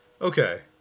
Okay